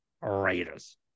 Raiders